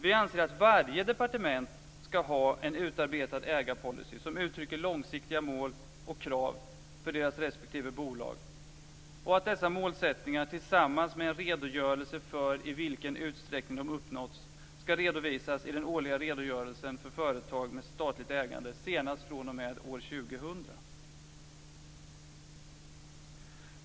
Vi anser att varje departement skall ha en utarbetad ägarpolicy, som uttrycker långsiktiga mål och krav för deras respektive bolag, och att dessa målsättningar, tillsammans med en redogörelse för i vilken utsträckning de uppnåtts, skall redovisas i den årliga redogörelsen för företag med statligt ägande senast fr.o.m. år 2000.